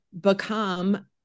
become